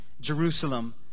Jerusalem